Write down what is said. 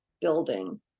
building